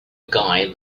guy